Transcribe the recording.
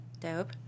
Dope